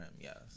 Yes